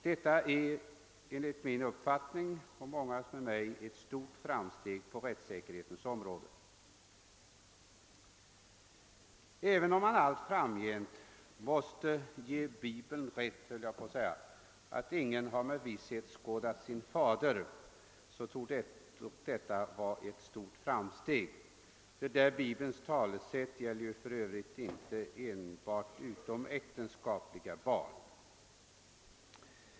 Detta är enligt min uppfattning — den delas av många — ett stort framsteg på rättssäkerhetens område, även om man allt framgent måste ge Bibeln rätt i att ing en med visshet skådat sin fader. Detta talesätt gäller ju för övrigt inte bara utomäktenskapliga barn.